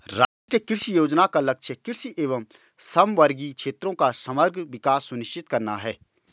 राष्ट्रीय कृषि योजना का लक्ष्य कृषि एवं समवर्गी क्षेत्रों का समग्र विकास सुनिश्चित करना है